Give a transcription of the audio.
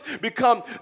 become